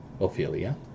Ophelia